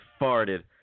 farted